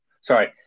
Sorry